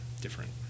different